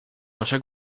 nasze